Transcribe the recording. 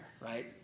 right